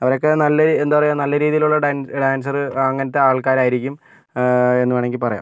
അവരൊക്കെ നല്ല എന്താ പറയുക നല്ല രീതിയിലുള്ള ഡാ ഡാൻസർ അങ്ങനത്തെ ആൾക്കാർ ആയിരിക്കും എന്ന് വേണമെങ്കിൽ പറയാം